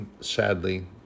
sadly